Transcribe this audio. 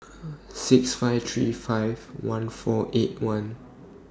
six five three five one four eight one